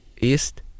East